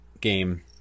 game